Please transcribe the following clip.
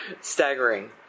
staggering